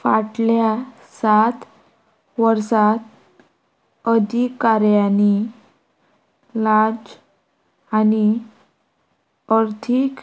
फाटल्या सात वर्सांत अधिकाऱ्यांनी लाज आनी अर्थीक